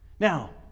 Now